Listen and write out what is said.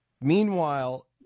Meanwhile